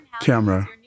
camera